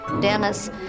Dennis